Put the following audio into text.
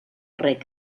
reg